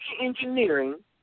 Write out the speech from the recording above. engineering